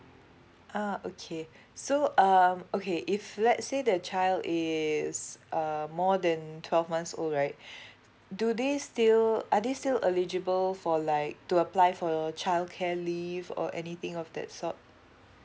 uh okay so um okay if let's say the child is uh more than twelve months old right do they still are they still eligible for like to apply for your childcare leave or anything of that sort